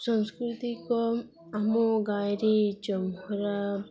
ସଂସ୍କୃତିକ ଆମ ଗାଈରେ ଚମ୍ହରା